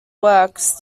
works